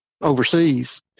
overseas